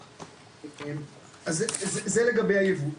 אז זה לגביי הייבוא.